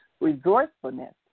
Resourcefulness